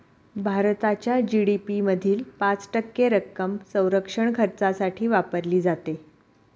भारताच्या जी.डी.पी मधील पाच टक्के रक्कम संरक्षण खर्चासाठी वापरली जाते